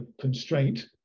constraint